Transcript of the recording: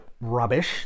rubbish